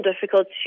difficult